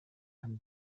and